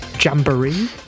jamboree